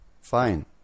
Fine